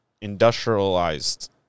industrialized